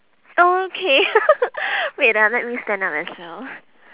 oh okay wait ah let me stand up as well